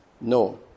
No